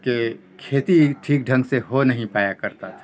کہ کھیتی ٹھیک ڈھنگ سے ہو نہیں پایا کرتا تھا